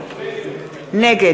נגד